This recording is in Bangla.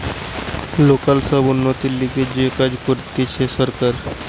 লোকাল সব উন্নতির লিগে যে কাজ করতিছে সরকার